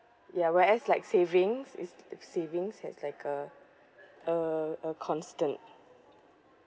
ya whereas like savings if the savings has like a uh a constant